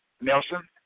Nelson